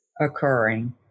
occurring